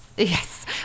yes